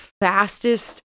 fastest